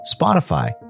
Spotify